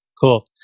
Cool